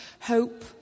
hope